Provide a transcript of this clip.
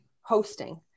hosting